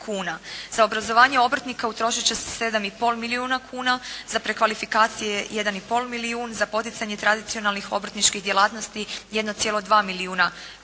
Za obrazovanje obrtnika utrošit će se 7 i pol milijuna kuna, za prekvalifikacije 1 i pol milijun, za poticanje tradicionalnih obrtničkih djelatnosti 1,2 milijuna kuna